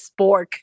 spork